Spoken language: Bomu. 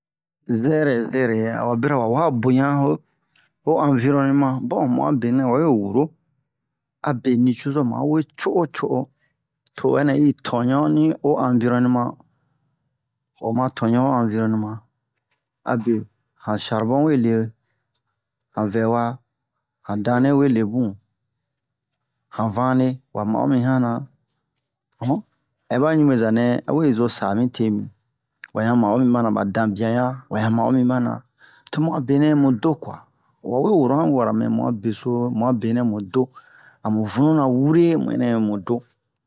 zɛrɛ zɛrɛ-yɛ awa bira lo wa waa boɲan wo wo anvirɔneman bon mu a benɛ wa wee woro abe nucozo ma wee co'o wo co'o to o ɛnɛ i tɔɲon ni ho anvirɔneman o ma tɔɲon wo anvirɔneman abe ho sharbon we lee han vɛha han danle we lee bun han vanle wa ma'o mi han na um hɛ ɓa ɲuɓweza nɛ a wee zo saa mite mi wa ɲan ma'o mi ɓa-na ɓa danbiya ɲan wa ɲan ma'o mi ɓa-na to mu a benɛ mu do kuwa wa wee woro han wara mɛ mu a beso mu a benɛ mu do a mu vununa wure mu ɛnɛ mu do